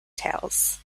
tales